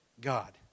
God